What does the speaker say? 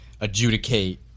adjudicate